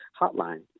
hotline